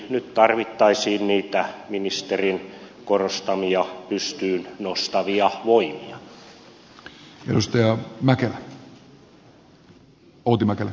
nyt tarvittaisiin niitä ministerin korostamia pystyyn nostavia voimia